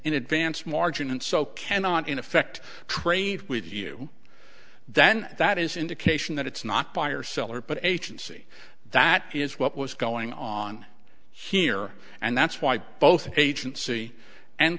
in advance margin and so cannot in effect trade with you then that is indication that it's not buyer seller but agency that is what was going on here and that's why both agency and